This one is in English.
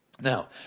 Now